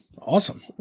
Awesome